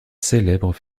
célèbres